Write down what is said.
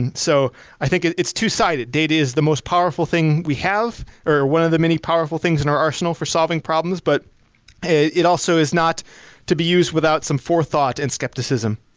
and so i think it's two-sided. data the most powerful thing we have or one of the many powerful things in our arsenal for solving problems, but it also is not to be used without some forethought and skepticism.